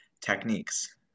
techniques